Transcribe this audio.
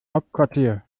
hauptquartier